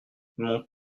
mont